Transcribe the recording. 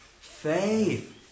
Faith